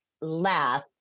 laugh